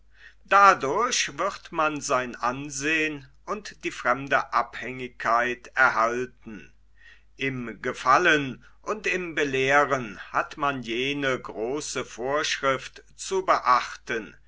dadurch wird man sein ansehn und die fremde abhängigkeit erhalten im gefallen und im belehren hat man jene große vorschrift zu beobachten